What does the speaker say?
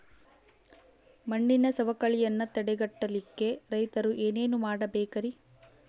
ಮಣ್ಣಿನ ಸವಕಳಿಯನ್ನ ತಡೆಗಟ್ಟಲಿಕ್ಕೆ ರೈತರು ಏನೇನು ಮಾಡಬೇಕರಿ?